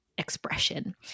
expression